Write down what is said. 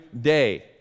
day